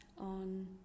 on